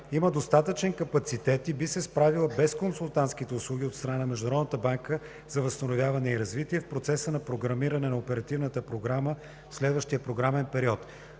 има достатъчен капацитет и би се справила без консултантските услуги от страна на Международната банка за възстановяване и развитие в процеса на програмиране на оперативната програма в следващия програмен период.